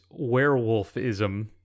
werewolfism